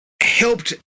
Helped